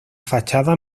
fachada